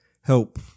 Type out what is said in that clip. help